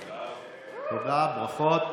תודה, ברכות.